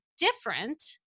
different